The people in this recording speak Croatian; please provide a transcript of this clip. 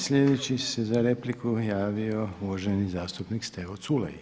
Sljedeći se za repliku javio uvaženi zastupnik Stevo Culej.